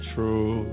True